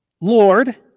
Lord